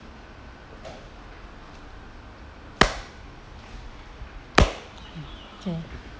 can